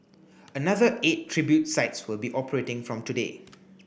another eight tribute sites will be operating from today